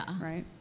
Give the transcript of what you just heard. right